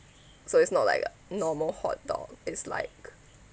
so it's not like a normal hot dog it's like